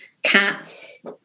Cats